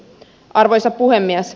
arvoisa puhemies